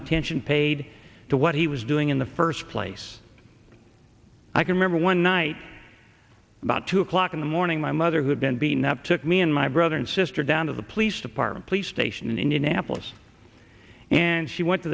attention paid to what he was doing in the first place i can remember one night about two o'clock in the morning my mother who had been beaten up took me and my brother and sister down to the police department police station in indianapolis and she went to